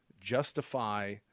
justify